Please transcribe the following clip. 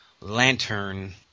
Lantern